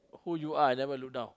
who you are I never look down